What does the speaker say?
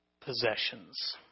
possessions